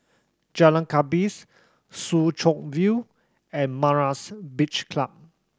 Jalan Gapis Soo Chow View and Myra's Beach Club